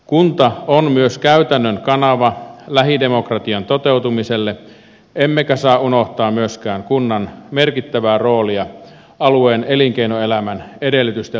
kunta on myös käytännön kanava lähidemokratian toteutumiselle emmekä saa unohtaa myöskään kunnan merkittävää roolia alueen elinkeinoelämän edellytysten luojana